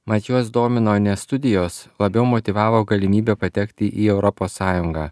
mat juos domino ne studijos labiau motyvavo galimybė patekti į europos sąjungą